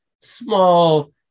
small